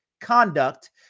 conduct